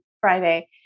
Friday